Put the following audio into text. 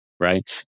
Right